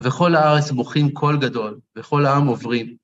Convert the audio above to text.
וכל הארץ בוכים קול גדול, וכל העם עוברים.